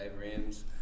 Rams